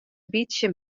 bytsje